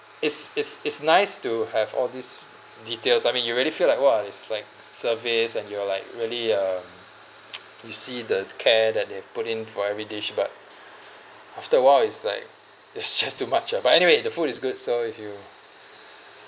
is is is nice to have all these details I mean you really feel like !wah! is like s~ service and you are like really um you see the care that they put in for every dish but after awhile is like it's just too much ah but anyway the food is good so if you